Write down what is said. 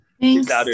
Thanks